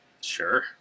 Sure